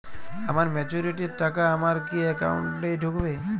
আমার ম্যাচুরিটির টাকা আমার কি অ্যাকাউন্ট এই ঢুকবে?